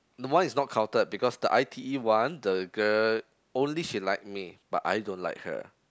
no one is not counted because the i_t_e one the girl only she like me but I don't like her